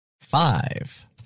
Five